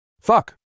Fuck